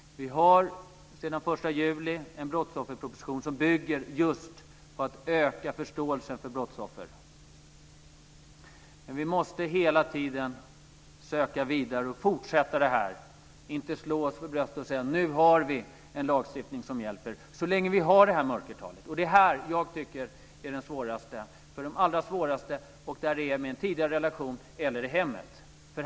Sedan den 1 juli finns det en brottsofferproposition som bygger just på att öka förståelsen för brottsoffer. Men vi måste hela tiden söka vidare och fortsätta det här arbetet. Så länge vi har det här mörkertalet kan vi inte slå oss för bröstet och säga att vi har en lagstiftning som hjälper. Det handlar ju ofta om misshandel från en partner i en tidigare relation eller i hemmet.